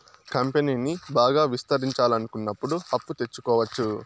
కంపెనీని బాగా విస్తరించాలనుకున్నప్పుడు అప్పు తెచ్చుకోవచ్చు